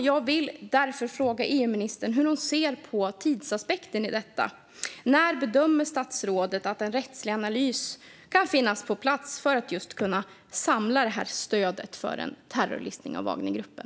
Jag vill därför fråga EU-ministern hur hon ser på tidsaspekten i detta: När bedömer statsrådet att en rättslig analys kan finnas på plats för att kunna samla stöd för en terrorlistning av Wagnergruppen?